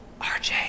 rj